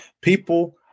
People